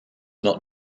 not